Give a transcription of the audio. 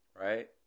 right